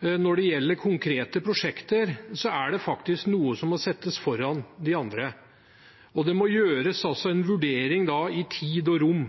når det gjelder konkrete prosjekter, er det faktisk noe som må settes foran noe annet. Og det må gjøres en vurdering i tid og rom.